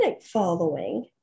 following